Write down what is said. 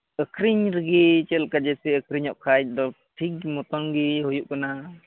ᱟᱹᱠᱷᱨᱤᱧ ᱨᱮᱜᱮ ᱪᱮᱞᱠᱟ ᱡᱟᱹᱥᱛᱤ ᱟᱹᱠᱷᱨᱤᱧᱚᱜ ᱠᱷᱟᱱ ᱫᱚ ᱴᱷᱤᱠ ᱢᱚᱛᱚᱱ ᱜᱮ ᱦᱩᱭᱩᱜ ᱠᱟᱱᱟ